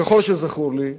ככל שזכור לי,